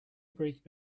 break